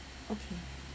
okay